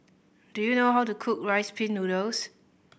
do you know how to cook Rice Pin Noodles